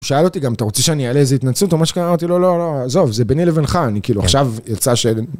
הוא שאל אותי גם, אתה רוצה שאני אעלה איזה התנצלות על מה שקרה אמרתי לו, לא, לא, לא, עזוב, זה ביני לבינך, אני כאילו, עכשיו יצא ש...